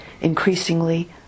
increasingly